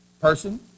person